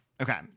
Okay